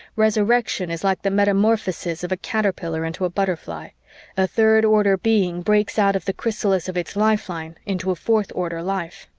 resurrection is like the metamorphosis of a caterpillar into a butterfly a third-order being breaks out of the chrysalis of its lifeline into fourth-order life.